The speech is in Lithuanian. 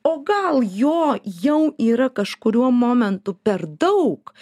o gal jo jau yra kažkuriuo momentu per daug